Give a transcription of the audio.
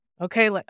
Okay